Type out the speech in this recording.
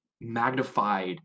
magnified